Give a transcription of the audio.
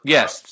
Yes